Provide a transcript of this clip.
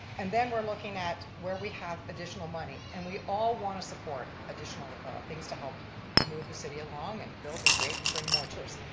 and then we're looking at where we have additional money, and we all want to support additional things to help move the city along and build and create and bring more tourists,